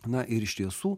na ir iš tiesų